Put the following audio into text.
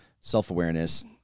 self-awareness